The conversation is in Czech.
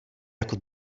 jako